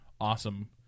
awesome